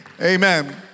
Amen